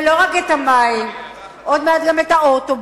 ולא רק את המים, עוד מעט גם את האוטובוס,